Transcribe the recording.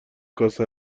کاسه